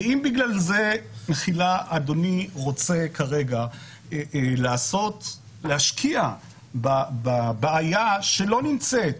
ואם בזה אדוני רוצה כרגע להשקיע בבעיה שלא נמצאת,